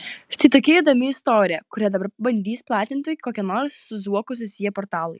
štai tokia įdomi istorija kurią dabar bandys platinti kokie nors su zuoku susiję portalai